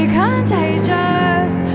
contagious